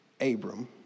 Abram